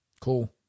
cool